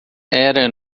era